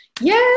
yay